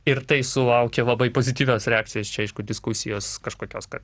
ir tai sulaukė labai pozityvios reakcijos čia aišku diskusijos kažkokios kad